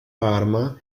parma